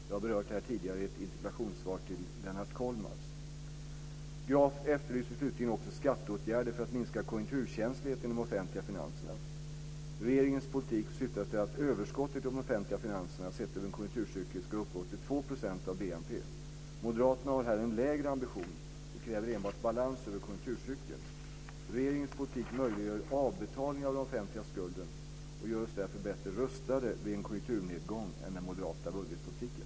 Jag har berört det tidigare i ett interpellationssvar till Lennart Graf efterlyser också skatteåtgärder för att minska konjunkturkänsligheten i de offentliga finanserna. Regeringens politik syftar till att överskottet i de offentliga finanserna sett över en konjunkturcykel ska uppgå till 2 % av BNP. Moderaterna har här en lägre ambition och kräver enbart balans över konjunkturcykeln. Regeringens politik möjliggör avbetalningar av den offentliga skulden och gör oss därför bättre rustade vid en konjunkturnedgång än den moderata budgetpolitiken.